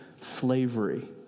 slavery